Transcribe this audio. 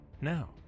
Now